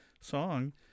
song